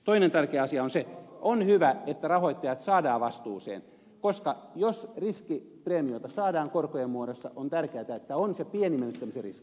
toinen tärkeä asia on se että on hyvä että rahoittajat saadaan vastuuseen koska jos riskipreemioita saadaan korkojen muodossa on tärkeätä että on se pieni menettämisen riski